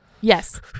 Yes